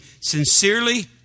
Sincerely